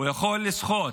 הוא יכול לסחוט.